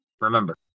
remember